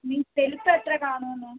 മീൻ വലുപ്പം എത്ര കാണുമെന്ന്